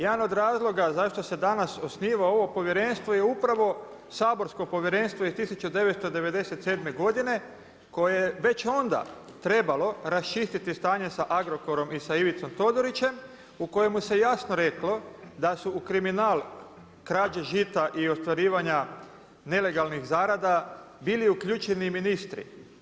Jedan od razloga zašto se danas osniva ovo povjerenstvo je upravo Saborsko povjerenstvo iz 1997. godine koje već onda trebalo raščistiti stanje sa Agrokorom i sa Ivicom Todorićem u kojemu se jasno reklo da su u kriminal krađe žita i ostvarivanja nelegalnih zarada bili uključeni ministri.